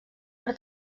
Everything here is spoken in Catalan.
per